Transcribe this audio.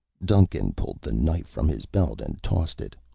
duncan pulled the knife from his belt and tossed it.